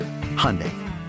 Hyundai